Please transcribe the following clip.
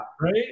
Right